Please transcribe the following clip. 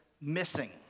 missing